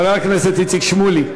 חבר הכנסת איציק שמולי.